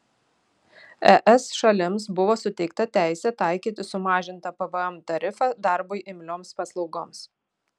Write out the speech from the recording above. es šalims buvo suteikta teisė taikyti sumažintą pvm tarifą darbui imlioms paslaugoms